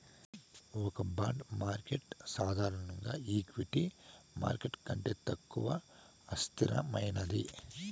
ఒక bond market సాధారణంగా equity market కంటే తక్కువ అస్థిరమైనది